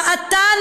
ואתה,